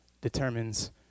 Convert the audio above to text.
determines